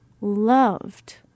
loved